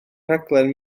rhaglen